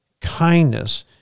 kindness